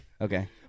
Okay